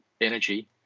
energy